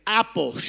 apple